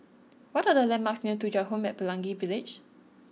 what are the landmarks near Thuja Home at Pelangi Village